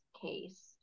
case